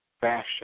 fashion